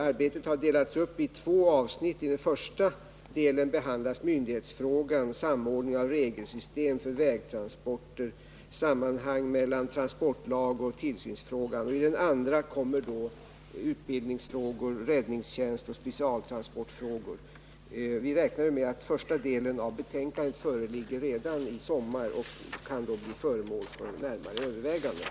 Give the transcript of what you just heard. Arbetet har delats upp i två avsnitt. I den första delen behandlas myndighetsfrågan, samordning av regelsystem för vägtransporter och sammanhang mellan transportlag och tillsynsfrågan. Den andra delen upptar utbildningsfrågor, räddningstjänst och specialtransportfrågor. Vi räknar med att den första delen av betänkandet föreligger redan i sommar och då kan bli föremål för närmare överväganden.